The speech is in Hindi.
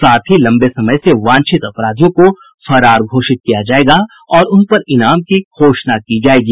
साथ ही लंबे समय से वांछित अपराधियों को फरार घोषित किया जायेगा और उन पर इनाम की घोषणा की जायेगी